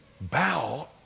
bow